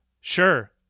sure